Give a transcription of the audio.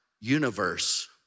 universe